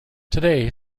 today